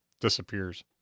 disappears